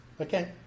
Okay